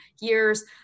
years